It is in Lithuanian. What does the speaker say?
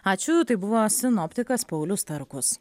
ačiū tai buvo sinoptikas paulius starkus